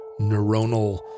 neuronal